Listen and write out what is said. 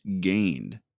gained